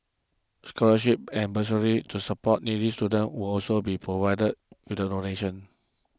scholarships and bursaries to support needy students will also be provided with donation